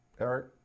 Eric